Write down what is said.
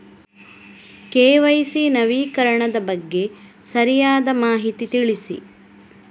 KYC ನವೀಕರಣದ ಬಗ್ಗೆ ಸರಿಯಾದ ಮಾಹಿತಿ ತಿಳಿಸಿ?